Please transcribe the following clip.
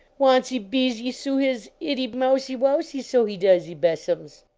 wansie beezie soo his ittie mousie-wousie, so he doesie bessums!